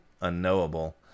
unknowable